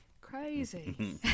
crazy